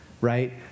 right